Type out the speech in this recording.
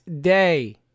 day